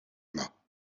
mât